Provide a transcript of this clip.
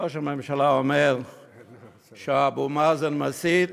ראש הממשלה אומר שאבו מאזן מסית,